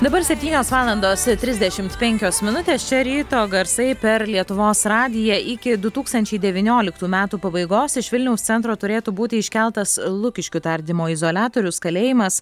dabar septynios valandos trisdešimt penkios minutės čia ryto garsai per lietuvos radiją iki du tūkstančiai devynioliktų metų pabaigos iš vilniaus centro turėtų būti iškeltas lukiškių tardymo izoliatorius kalėjimas